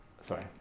sorry